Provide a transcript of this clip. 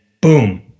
boom